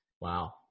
Wow